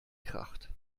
kracht